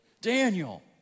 Daniel